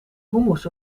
humus